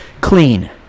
clean